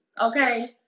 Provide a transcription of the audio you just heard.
okay